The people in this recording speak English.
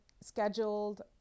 scheduled